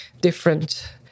different